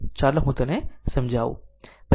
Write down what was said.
ચાલો હું તેને સમજાવું